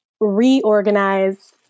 reorganize